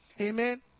Amen